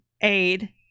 aid